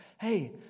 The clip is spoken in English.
Hey